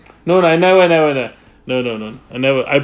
no lah never never nev~ no no no I never I